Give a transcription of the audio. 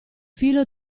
filo